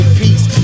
peace